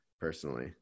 personally